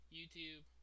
YouTube